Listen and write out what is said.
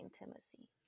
intimacy